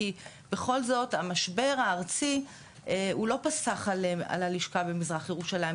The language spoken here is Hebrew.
בכל זאת המשבר הארצי הוא לא פסח על הלשכה במזרח ירושלים,